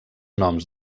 noms